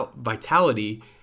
Vitality